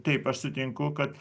taip aš sutinku kad